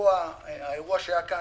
אפרופו האירוע שהיה כאן,